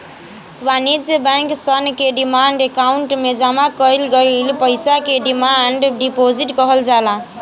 वाणिज्य बैंक सन के डिमांड अकाउंट में जामा कईल गईल पईसा के डिमांड डिपॉजिट कहल जाला